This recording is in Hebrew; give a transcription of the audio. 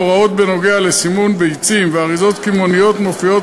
הוראות בנוגע לסימון ביצים ואריזות קמעונאיות מופיעות